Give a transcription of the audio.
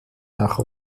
nach